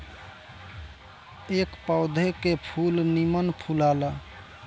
ए पौधा के फूल निमन फुलाला